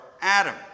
Adam